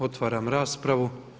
Otvaram raspravu.